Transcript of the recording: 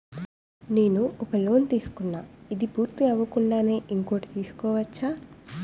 నేను ఒక లోన్ తీసుకున్న, ఇది పూర్తి అవ్వకుండానే ఇంకోటి తీసుకోవచ్చా?